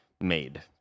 made